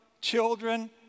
children